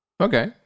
Okay